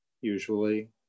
usually